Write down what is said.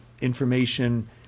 information